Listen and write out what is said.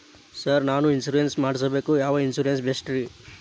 Sir ನಾನು insurance ಮಾಡಿಸಬೇಕು ಯಾವ ಇನ್ಶೂರೆನ್ಸ್ ಬೆಸ್ಟ್ರಿ?